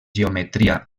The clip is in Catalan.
geometria